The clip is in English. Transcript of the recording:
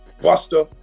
Buster